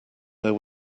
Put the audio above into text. there